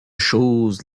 chose